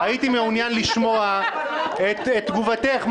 הייתי מעוניין לשמוע את עמדתך,